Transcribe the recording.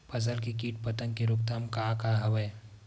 फसल के कीट पतंग के रोकथाम का का हवय?